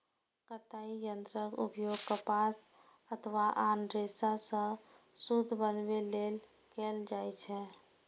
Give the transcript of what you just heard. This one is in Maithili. कताइ यंत्रक उपयोग कपास अथवा आन रेशा सं सूत बनबै लेल कैल जाइ छै